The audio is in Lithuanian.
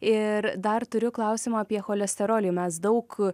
ir dar turiu klausimą apie cholesterolį mes daug